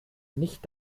nicht